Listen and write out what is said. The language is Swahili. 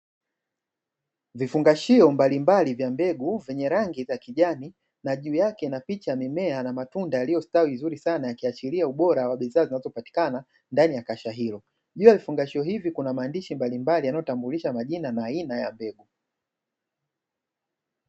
Vifungashio mbalimbali vya mbegu vyenye rangi ya kijani na juu yake kuna picha ya mimea na matunda iliyostawi vizuri sana ikiashilia ubora wa bidhaa iliyoko ndani, juu ya vifungashio hivi kuna maandishi mbalimbali yanayotambulisha majina na aina ya mbegu.